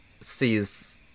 sees